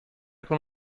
con